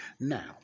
Now